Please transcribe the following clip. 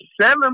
seven